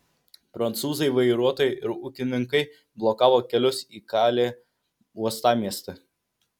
prancūzai vairuotojai ir ūkininkai blokavo kelius į kalė uostamiestį